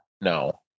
No